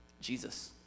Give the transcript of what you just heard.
Jesus